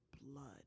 blood